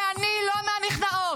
ואני לא מהנכנעות.